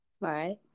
right